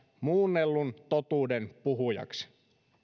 muunnellun totuuden puhujaksi